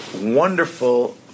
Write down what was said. wonderful